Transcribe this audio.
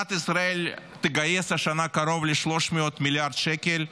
מדינת ישראל תגייס השנה קרוב ל-300 מיליארד שקל,